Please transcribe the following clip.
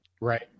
Right